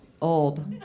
Old